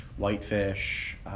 whitefish